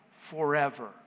forever